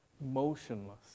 motionless